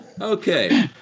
Okay